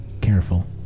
careful